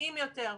מתאים יותר.